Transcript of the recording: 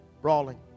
brawling